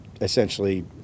essentially